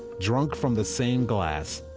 drunk from the same glass,